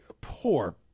poor